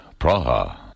Praha